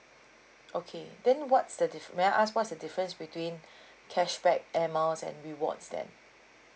okay then what's the differen~ may I ask what is the difference between cashback air miles and rewards then